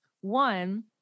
One